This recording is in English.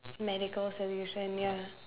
medical solution ya